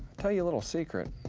tell you a little secret.